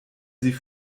sie